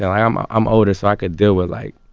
so i'm ah i'm older so can deal with like